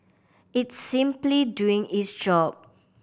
it's simply doing its job